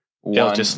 one